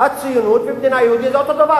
הציונות ומדינה יהודית זה אותו הדבר.